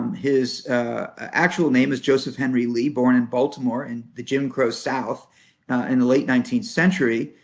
his actual name is joseph henry lee, born in baltimore in the jim crow south in the late nineteenth century,